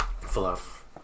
Fluff